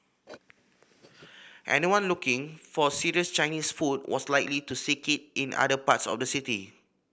anyone looking for serious Chinese food was likely to seek it in other parts of the city